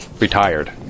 retired